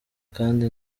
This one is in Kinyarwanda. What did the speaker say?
kandi